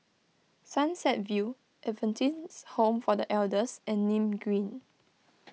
Sunset View Adventist Home for the Elders and Nim Green